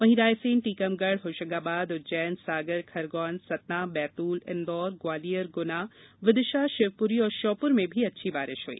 वहीं रायसेन टीकमगढ़ होशंगाबाद उज्जैन सागर खरगौन सतना बैतूल इंदौर ग्वालियर गुना विदिशाशिवपुरी और श्योपुर में भी अच्छी बारिश हुई